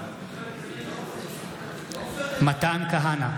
מתן כהנא,